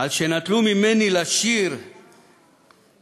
"על שנטלו ממני לשיר בפה,